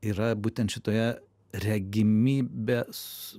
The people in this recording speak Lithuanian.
yra būtent šitoje regimybės